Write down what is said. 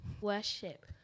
Worship